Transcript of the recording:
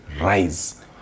rise